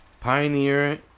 Pioneer